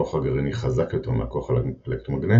הכוח הגרעיני חזק יותר מהכוח האלקטרומגנטי,